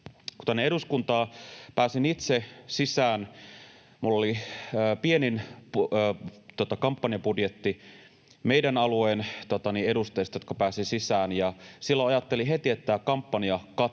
Kun tänne eduskuntaan pääsin itse sisään, minulla oli pienin kampanjabudjetti niistä meidän alueemme edustajista, jotka pääsivät sisään, ja silloin ajattelin heti, että tämä aloite kampanjakatosta